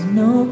no